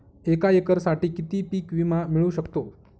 एका एकरसाठी किती पीक विमा मिळू शकतो?